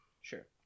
Sure